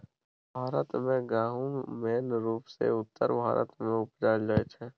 भारत मे गहुम मेन रुपसँ उत्तर भारत मे उपजाएल जाइ छै